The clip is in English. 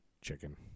chicken